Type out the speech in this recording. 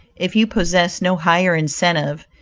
if you possess no higher incentive,